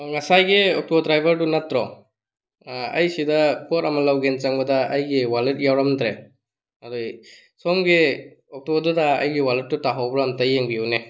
ꯉꯁꯥꯏꯒꯤ ꯑꯣꯇꯣ ꯗ꯭ꯔꯥꯏꯕꯔꯗꯨ ꯅꯠꯇ꯭ꯔꯣ ꯑꯩ ꯁꯤꯗ ꯄꯣꯠ ꯑꯃ ꯂꯧꯒꯦꯅ ꯆꯪꯕꯗ ꯑꯩꯒꯤ ꯋꯥꯜꯂꯦꯠ ꯌꯥꯎꯔꯝꯗ꯭ꯔꯦ ꯑꯗꯨꯒꯤ ꯁꯣꯝꯒꯤ ꯑꯣꯇꯣꯗꯨꯗ ꯑꯩꯒꯤ ꯋꯥꯜꯂꯦꯠꯇꯨ ꯇꯥꯍꯧꯕ꯭ꯔꯥ ꯑꯃꯨꯛꯇ ꯌꯦꯡꯕꯤꯌꯨꯅꯦ